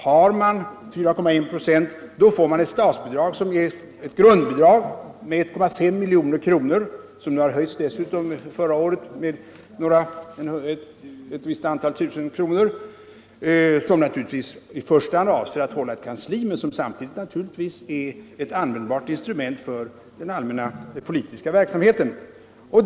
Har man 4,1 96, får man ett grundbidrag på 1,5 milj.kr. — det höjdes förresten förra året med några tusental kronor — som i första hand är avsett att ge partiet möjlighet att hålla ett kansli men som naturligtvis samtidigt är ett användbart instrument för den allmänna politiska verksamheten.